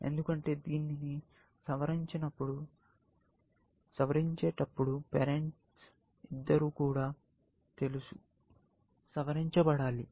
ఎందుకంటే దీనిని సవరించేటప్పుడు పేరెంట్స్ ఇద్దరూ కూడా సవరించబడాలి